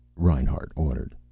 reinhart ordered.